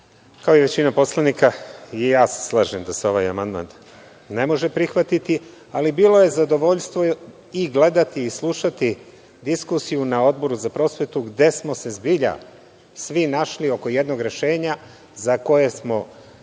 kao i većina poslanika i ja se slažem da se ovaj amandman ne može prihvatiti, ali bilo je zadovoljstvo i gledati i slušati diskusiju na Odboru za prosvetu, gde smo se zbilja svi našli oko jednog rešenja za koje smo